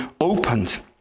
opened